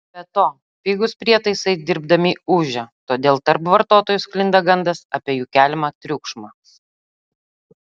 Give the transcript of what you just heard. be to pigūs prietaisai dirbdami ūžia todėl tarp vartotojų sklinda gandas apie jų keliamą triukšmą